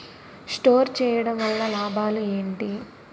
Store చేయడం వల్ల లాభాలు ఏంటి?